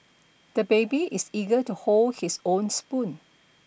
the baby is eager to hold his own spoon